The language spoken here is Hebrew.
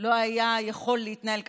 לא היה יכול להתנהל כך,